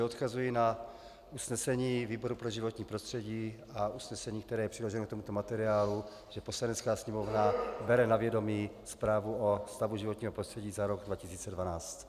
Odkazuji na usnesení výboru pro životní prostředí a usnesení, které je přiloženo k tomuto materiálu, že Poslanecká sněmovna bere na vědomí zprávu o stavu životního prostředí za rok 2012.